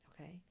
Okay